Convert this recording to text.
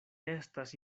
estas